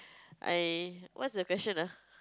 I what's the question ah